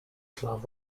slav